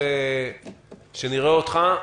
הנה רואים אותך,